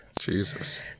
Jesus